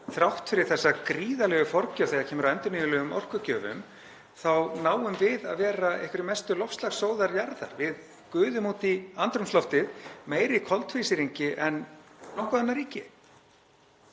þrátt fyrir þessa gríðarlegu forgjöf þegar kemur að endurnýjanlegum orkugjöfum þá náum við að vera einhverjir mestu loftslagssóðar jarðar. Við gluðum út í andrúmsloftið meiri koltvísýringi en nokkurt annað ríki